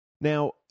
Now